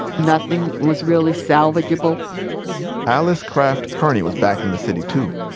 nothing was really salvageable alice craft-kerney was back in the city too.